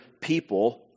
people